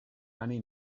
granny